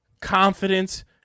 confidence